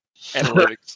analytics